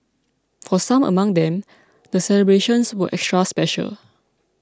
for some among them the celebrations were extra special